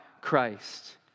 Christ